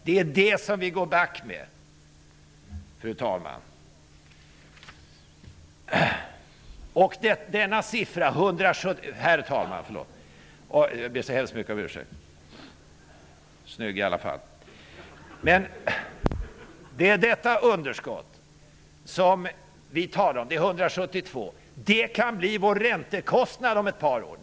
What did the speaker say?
Det är det som vi går back med, herr talman. Detta underskott på 172 miljarder kan bli vår räntekostnad om ett par år.